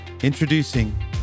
Introducing